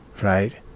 Right